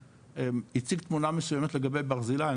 הציג תמונה מסוימת לגבי ברזילי,